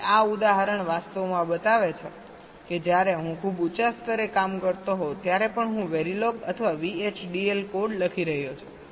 તેથી આ ઉદાહરણ વાસ્તવમાં બતાવે છે કે જ્યારે હું ખૂબ ઉંચા સ્તરે કામ કરતો હોઉં ત્યારે પણ હું વેરીલોગ અથવા VHDL કોડ લખી રહ્યો છું